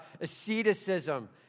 asceticism